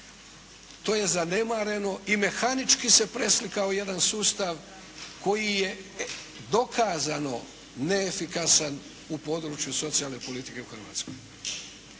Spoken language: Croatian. To je zanemareno i mehanički se preslikao jedan sustav koji je dokazano neefikasan u području socijalne politike u Hrvatskoj.